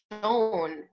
shown